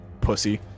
Pussy